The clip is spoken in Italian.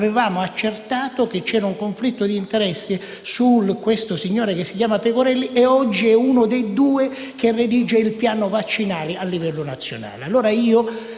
era accertato, cioè, un conflitto di interessi per questo signore che si chiama Pecorelli e che oggi è uno dei due che redigono il piano vaccinale a livello nazionale.